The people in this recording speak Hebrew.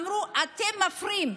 אמרו: אתם מפריעים.